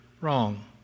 wrong